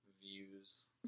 Views